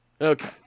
Okay